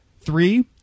Three